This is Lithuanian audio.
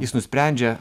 jis nusprendžia